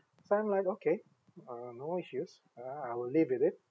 so I'm like okay uh no issues I I will live with it